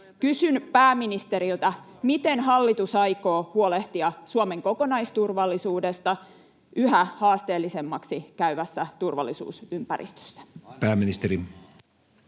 Kysyn pääministeriltä: miten hallitus aikoo huolehtia Suomen kokonaisturvallisuudesta yhä haasteellisemmaksi käyvässä turvallisuusympäristössä? [Speech